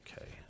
okay